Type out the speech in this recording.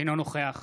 אינו נוכח